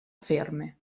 ferme